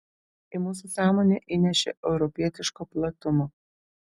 į mūsų sąmonę įnešė europietiško platumo